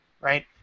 right